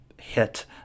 hit